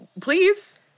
please